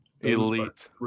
Elite